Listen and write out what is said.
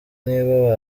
niba